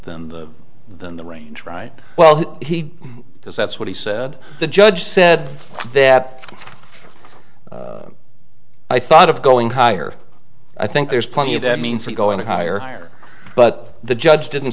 than the than the range right well he does that's what he said the judge said that i thought of going higher i think there's plenty of that means that go in a higher higher but the judge didn't